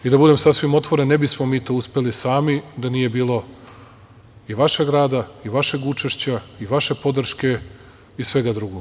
I da budem sasvim otvoren, ne bismo mi to uspeli sami, da nije bilo i vašeg rada i vašeg učešća i vaše podrške i svega drugog.